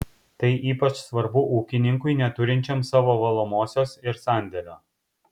tai ypač svarbu ūkininkui neturinčiam savo valomosios ir sandėlio